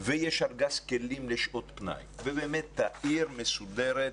ויש ארגז כלים לשעות פנאי ובאמת העיר מסודרת